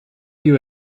you